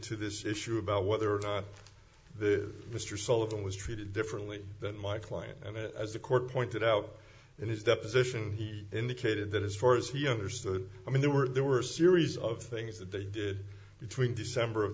to this issue about whether or not the mr sullivan was treated differently than my client and as the court pointed out in his deposition he indicated that as far as he understood i mean there were there were series of things that they did between december of